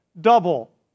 double